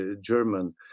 German